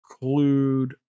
include